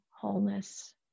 wholeness